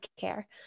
care